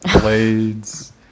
blades